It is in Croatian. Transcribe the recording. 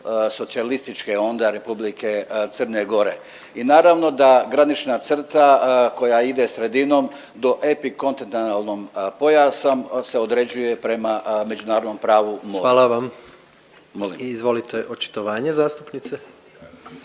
Socijalističke onda Republike Crne Gore. I naravno da granična crta koja ide sredinom do epikontinentalnim pojasom se određuje prema međunarodnom pravu mora. **Jandroković, Gordan (HDZ)** Hvala vam. Izvolite očitovanje zastupnice.